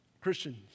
Christians